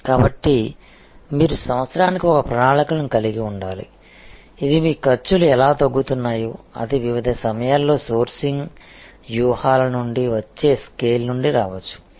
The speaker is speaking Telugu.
కాబట్టి మీరు సంవత్సరానికి ఒక ప్రణాళికను కలిగి ఉండాలి ఇది మీ ఖర్చులు ఎలా తగ్గుతున్నాయో అది వివిధ సమయాల్లో సోర్సింగ్ వ్యూహాల నుండి వచ్చే స్కేల్ నుండి రావచ్చు